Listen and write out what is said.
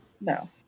No